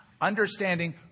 understanding